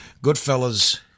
Goodfellas